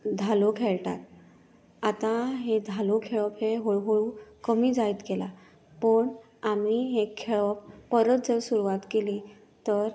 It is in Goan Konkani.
धालो खेळटात आता हे धालो खेळप हे हळू हळू कमी जायत गेला पूण आमी जर हे खेळप परत जर सुरवात केली तर